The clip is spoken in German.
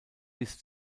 bis